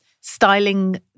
styling